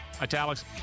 italics